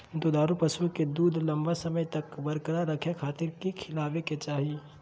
दुधारू पशुओं के दूध लंबा समय तक बरकरार रखे खातिर की खिलावे के चाही?